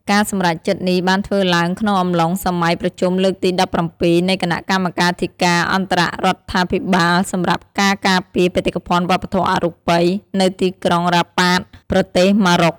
ការសម្រេចចិត្តនេះបានធ្វើឡើងក្នុងអំឡុងសម័យប្រជុំលើកទី១៧ នៃគណៈកម្មាធិការអន្តររដ្ឋាភិបាលសម្រាប់ការការពារបេតិកភណ្ឌវប្បធម៌អរូបី នៅទីក្រុងរ៉ាបាត ប្រទេសម៉ារ៉ុក។